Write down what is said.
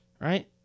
right